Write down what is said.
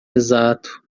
exato